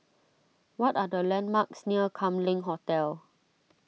what are the landmarks near Kam Leng Hotel